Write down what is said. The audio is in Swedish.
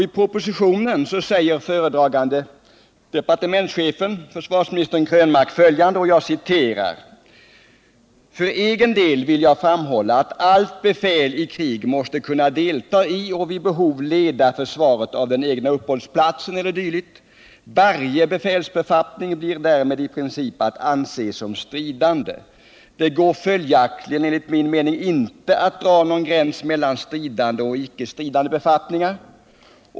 I propositionen säger föredragande statsrådet försvarsministern Krönmark följande: ”För egen del vill jag framhålla att allt befäl i krig måste kunna delta i och vid behov leda försvaret av den egna uppehållsplatsen e. d. Varje befälsbefattning blir därmed i princip att anse som stridande. Det går följaktligen enligt min mening inte att dra någon gräns mellan stridande och icke stridande befattningar.